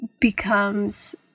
becomes